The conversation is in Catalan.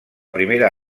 primera